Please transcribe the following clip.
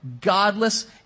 godless